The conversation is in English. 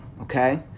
Okay